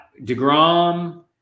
DeGrom